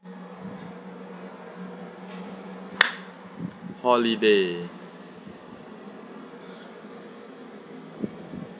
holiday